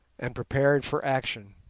and prepared for action.